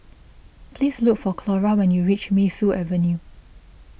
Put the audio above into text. please look for Clora when you reach Mayfield Avenue